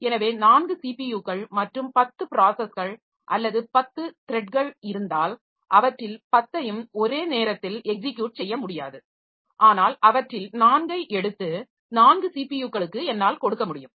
எனவே 4 ஸிபியுகள் மற்றும் 10 ப்ராஸஸ்கள் அல்லது 10 த்ரெட்கள் இருந்தால் அவற்றில் 10 ஐயும் ஒரே நேரத்தில் எக்ஸிக்யுட் செய்ய முடியாது ஆனால் அவற்றில் 4 ஐ எடுத்து 4 ஸிபியுக்களுக்கு என்னால் கொடுக்க முடியும்